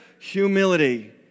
Humility